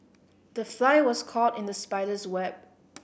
the fly was caught in the spider's web